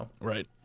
Right